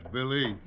Billy